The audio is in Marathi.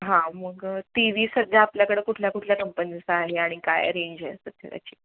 हा मग टी व्ही सध्या आपल्याकडं कुठल्या कुठल्या कंपनीचा आहे आणि काय रेंज आहे सध्या त्याची